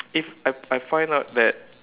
if I I find out that